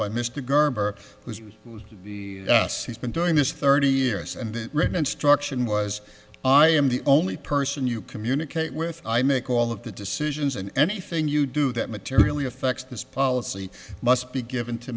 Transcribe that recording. mr gerber who is the us he's been doing this thirty years and they've written instruction was i am the only person you communicate with i make all of the decisions and anything you do that materially affects this policy must be given to